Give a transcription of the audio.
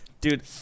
Dude